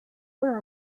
where